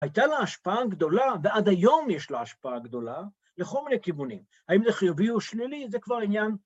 ‫הייתה לה השפעה גדולה, ‫ועד היום יש לה השפעה גדולה, ‫לכל מיני כיוונים. ‫האם זה חיובי או שנילי, זה כבר עניין.